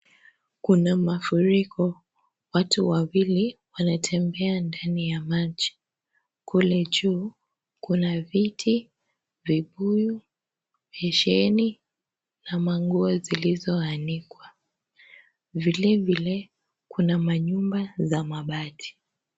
Kuna mafuriko. Watu wawili, wanatembea ndani ya maji. Kule juu, kuna viti, vibuyu, besheni na manguo zilizoanikwa. Vilevile, kuna manyumba za mabati.